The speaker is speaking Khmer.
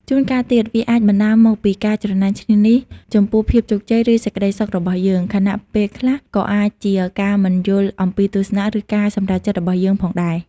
ជួនកាលទៀត វាអាចបណ្តាលមកពីការច្រណែនឈ្នានីសចំពោះភាពជោគជ័យ ឬសេចក្តីសុខរបស់យើង ខណៈពេលខ្លះក៏អាចជាការមិនយល់អំពីទស្សនៈ ឬការសម្រេចចិត្តរបស់យើងផងដែរ។